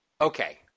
Okay